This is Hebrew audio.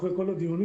אחרי כל הדיונים,